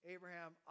Abraham